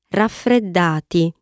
raffreddati